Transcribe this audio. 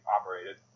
operated